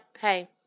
hey